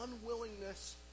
unwillingness